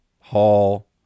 Hall